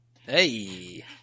Hey